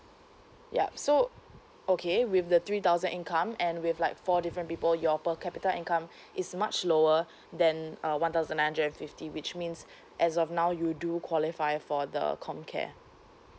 yup so okay with the three thousand income and with like four different people your per capita income is much lower than uh one thousand nine hundred and fifty which means as of now you do qualify for the com care